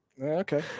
okay